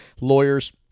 Lawyers